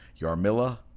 Yarmila